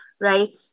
Right